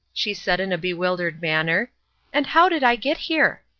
she said in a bewildered manner and how did i get here?